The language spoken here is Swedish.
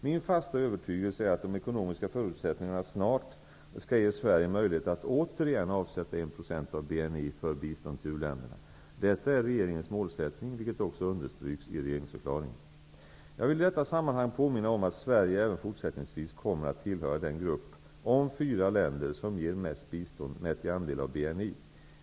Min fasta övertygelse är att de ekonomiska förutsättningarna snart skall ge Sverige möjlighet att återigen avsätta 1 % av BNI för bistånd till u-länderna. Detta är regeringens målsättning, vilket också understryks i regeringsförklaringen. Jag vill i detta sammanhang påminna om att Sverige även fortsättningsvis kommer att tillhöra den grupp om fyra länder som ger mest bistånd mätt i andel av BNI.